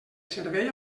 servei